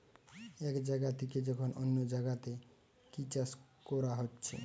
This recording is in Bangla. এক জাগা থিকে যখন অন্য জাগাতে কি চাষ কোরা হচ্ছে